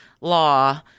law